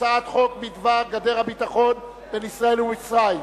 הצעת חוק3בדבר גדר הביטחון בין ישראל ומצרים.